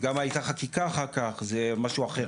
גם הייתה חקיקה אחר כך, זה משהו אחר,